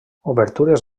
obertures